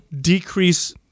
decrease